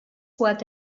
what